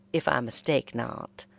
if i mistake not,